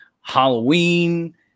Halloween